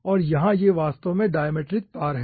और यहाँ ये वास्तव में डायमेट्रिक तार हैं